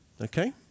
Okay